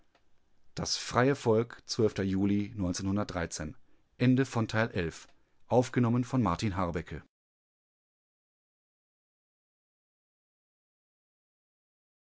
das freie volk